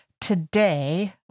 Today